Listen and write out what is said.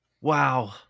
Wow